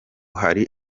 hari